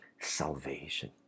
salvation